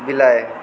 बिलाड़ि